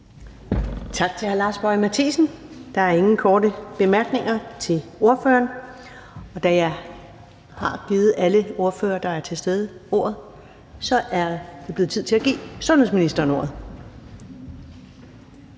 Tak til hr. Lars Boje Mathiesen. Der er ingen korte bemærkninger til ordføreren. Og da jeg har givet alle ordførere, der er til stede, ordet, er det blevet tid til at give sundhedsministeren ordet.